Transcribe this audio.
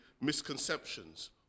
misconceptions